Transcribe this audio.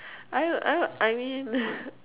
I would I would I mean